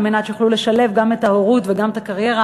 על מנת שיוכלו לשלב את ההורות ואת הקריירה.